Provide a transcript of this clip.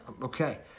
Okay